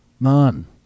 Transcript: None